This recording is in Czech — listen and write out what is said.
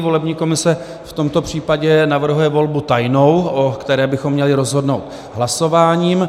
Volební komise v tomto případě navrhuje volbu tajnou, o které bychom měli rozhodnout hlasováním.